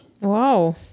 Wow